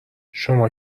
شما